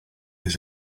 his